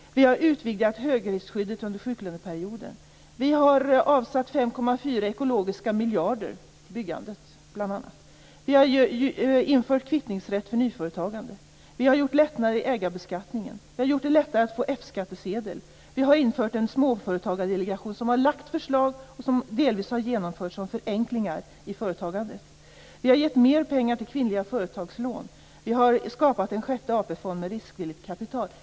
Vi har utvidgat högriskskyddet under sjuklöneperioden. Vi har avsatt 5,4 ekologiska miljarder till bl.a. byggandet. Vi har infört kvittningsrätt för nyföretagande. Vi har gjort lättnader i ägarbeskattningen. Vi har gjort det lättare att få F skattsedel. Vi har infört en småföretagardelegation, som har lagt förslag som delvis har genomförts som förenklingar i företagandet. Vi har gett mer pengar till kvinnliga företagslån. Vi har skapat en sjätte AP-fond med riskvilligt kapital.